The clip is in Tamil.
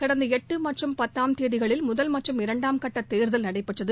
கடந்த எட்டு மற்றும் பத்தாம் தேதிகளில் முதல் மற்றும் இரண்டாம் கட்ட தேர்தல் நடைபெற்றது